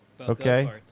Okay